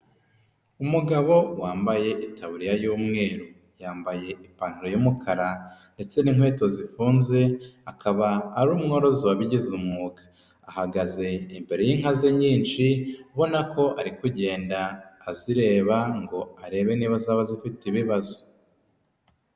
Umugabo wambaye itaburiya y’umweru, yambaye ipantaro y'umukara ndetse n'inkweto zifunze, akaba ari umworozi wabigize umwuga, ahagaze imbere y'inka ze nyinshi, ubona ko ari kugenda azireba ngo arebe niba azaba zifite ibibazo.